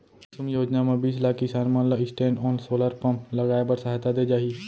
कुसुम योजना म बीस लाख किसान मन ल स्टैंडओन सोलर पंप लगाए बर सहायता दे जाही